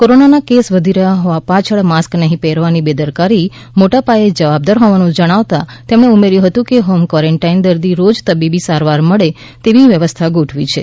કોરોનાના કેસ વધી રહ્યા હોવા પાછળ માસ્ક નહીં પહેરવાની બેદરકારી મોટા પાયે જવાબદાર હોવાનું જણાવતા તેમણે ઉમેર્યું હતું કે હોમ કવોરન્ટાઇન દર્દીને રોજ તબીબી સારવાર મળે તેવી વ્યવસ્થા ગોઠવી છે